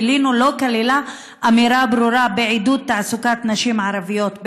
גילינו שהיא לא כללה אמירה ברורה על עידוד תעסוקת נשים ערביות בדואיות.